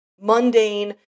mundane